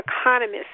economists